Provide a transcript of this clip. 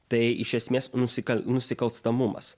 tai iš esmės nusikal nusikalstamumas